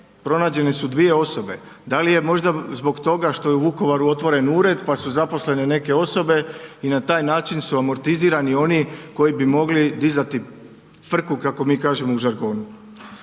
Pronađene su dvije osobe. Da li je možda zbog toga što je u Vukovaru otvoren ured pa su zaposlene neke osobe i na taj način su amortizirani oni koji bi mogli dizati frku, kako mi kažemo u žargonu?